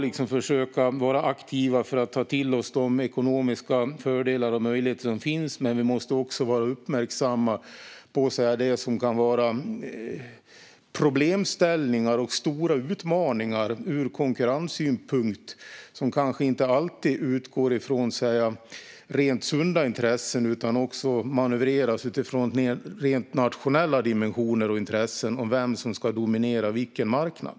Vi ska försöka vara aktiva för att ta till oss de ekonomiska fördelar och möjligheter som finns, men vi måste också vara uppmärksamma på det som ur konkurrenssynpunkt kan vara problemställningar och stora utmaningar. De kanske inte alltid utgår från rent sunda intressen, utan kan också manövreras utifrån rent nationella dimensioner och intressen gällande vem som ska dominera vilken marknad.